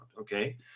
okay